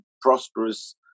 prosperous